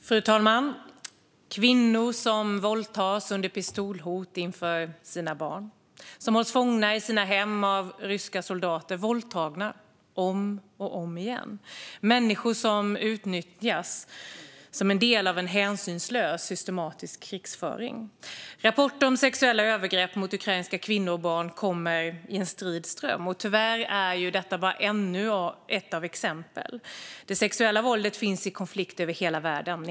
Fru talman! Kvinnor som våldtas under pistolhot inför sina barn, som hålls fångna i sina hem av ryska soldater, våldtagna om och om igen. Människor som utnyttjas som en del av en hänsynslös systematisk krigföring. Rapporter om sexuella övergrepp mot ukrainska kvinnor och barn kommer i en strid ström, och tyvärr är detta bara ännu ett exempel. Det sexuella våldet finns i konflikter över hela världen.